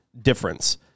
difference